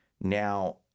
Now